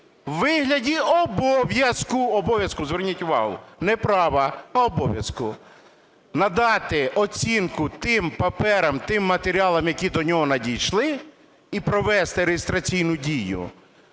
права, а обов'язку) надати оцінку тим паперам, тим матеріалам, які до нього надійшли і провести реєстраційну дію,